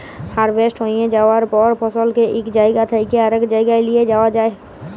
harvest হঁয়ে যাউয়ার পর ফসলকে ইক জাইগা থ্যাইকে আরেক জাইগায় লিঁয়ে যাউয়া হ্যয়